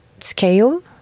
scale